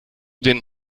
den